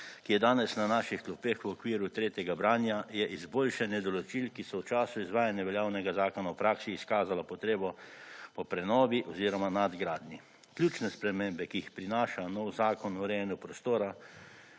ki je danes na naših klopeh v okviru tretjega branja je izboljšanje določil, ki so v času izvajanja veljavnega zakona v praksi izkazalo potrebno po prenovi oziroma nadgradnji. Ključne spremembe, ki jih prinaša nov Zakon o urejanju prostora,